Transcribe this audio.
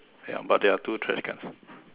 ya but there are two trash cans